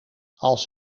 als